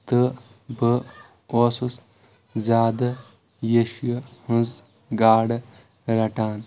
تہٕ بہٕ اوسُس زیادٕ یشہِ ہٕنٛز گاڈٕ رٹان